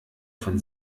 von